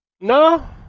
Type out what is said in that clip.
No